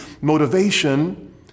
motivation